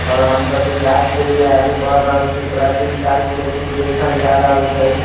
आओर हमसब विकासके लिए आगे बढ़ रहल छी प्राचीन काल से भी देखल जा रहल छै